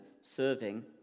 serving